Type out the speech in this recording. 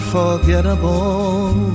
Unforgettable